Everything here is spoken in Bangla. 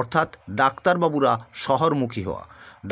অর্থাৎ ডাক্তারবাবুরা শহরমুখী হওয়া